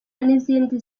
n’izindi